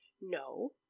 no